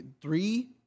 Three